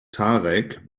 tarek